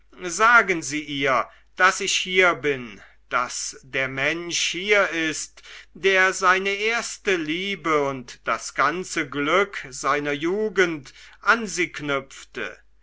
sagen sie ihr daß ich hier bin daß der mensch hier ist der seine erste liebe und das ganze glück seiner jugend an sie knüpfte